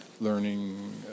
learning